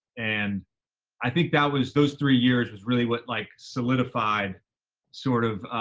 and i think that was, those three years was really what, like, solidified sort of,